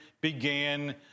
began